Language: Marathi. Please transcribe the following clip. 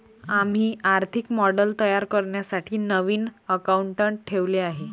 आम्ही आर्थिक मॉडेल तयार करण्यासाठी नवीन अकाउंटंट ठेवले आहे